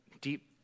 deep